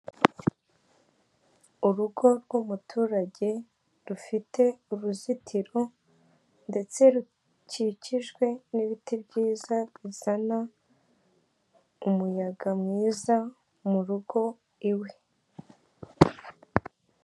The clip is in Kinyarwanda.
Urugo rw'umuturage rufite uruzitiro ndetse rucicijwe n'ibiti byiza bizana umuyaga mwiza mu rugo iwe.